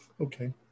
Okay